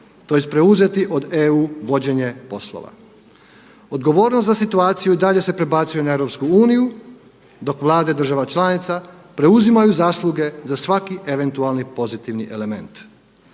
tj. preuzeti od EU vođenje poslova. Odgovornost za situaciju i dalje se prebacuje na EU dok Vlade država članica preuzimaju zasluge za svaki eventualni pozitivni element.